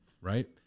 right